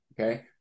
okay